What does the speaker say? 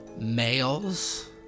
males